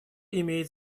имеет